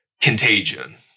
Contagion